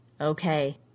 Okay